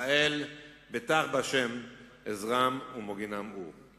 ישראל בטח בה', עזרם ומגינם הוא.